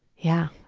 yeah.